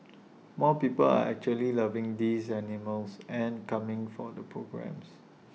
more people are actually loving these animals and coming for the programmes